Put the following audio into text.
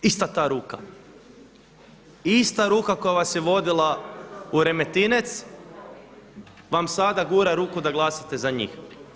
Ista ta ruka, ista ruka koja vas je vodila u Remetinec vam sada gura ruku da glasate za njih.